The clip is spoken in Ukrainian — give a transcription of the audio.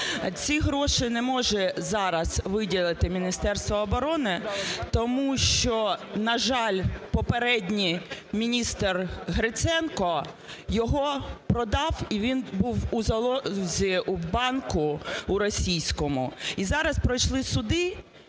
Ці гроші не може зараз виділити Міністерство оборони. Тому що, на жаль, попередній міністр Гриценко його продав і він був в залозі в банку російському. І зараз пройшли суди.